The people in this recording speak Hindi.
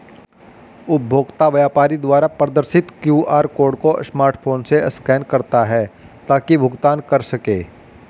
उपभोक्ता व्यापारी द्वारा प्रदर्शित क्यू.आर कोड को स्मार्टफोन से स्कैन करता है ताकि भुगतान कर सकें